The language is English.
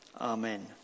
Amen